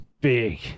Big